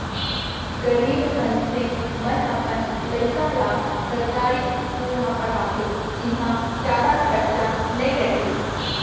गरीब मनसे मन अपन लइका ल सरकारी इस्कूल म पड़हाथे जिंहा जादा खरचा नइ रहय